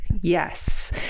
Yes